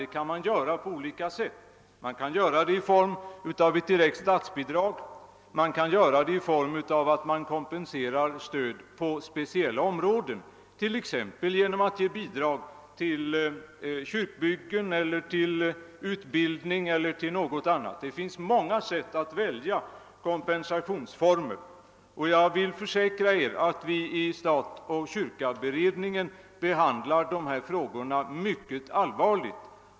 Det kan ske på olika sätt: i form av ett direkt statsbidrag eller i form av kompenserande stöd på olika områden, t.ex. genom bidrag till kyrkobyggen, utbildning eller något annat ändamål; det finns många kompensationsformer att välja på. Jag vill försäkra att vi inom utredningen kyrka-—— stat behandlar dessa frågor mycket allvarligt.